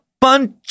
bunch